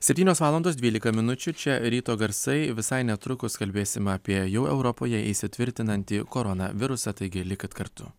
septynios valandos dvylika minučių čia ryto garsai visai netrukus kalbėsime apie jau europoje įsitvirtinantį koronavirusą taigi likit kartu